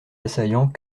assaillants